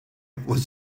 was